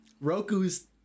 Roku's